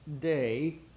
day